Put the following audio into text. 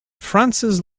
frances